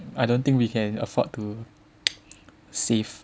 I don't think we can afford to save